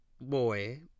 Boy